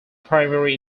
primary